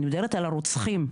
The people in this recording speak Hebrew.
אני מדברת על הרוצחים,